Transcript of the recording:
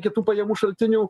kitų pajamų šaltinių